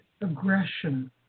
aggression